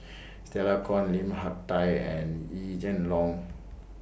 Stella Kon Lim Hak Tai and Yee Jenn Jong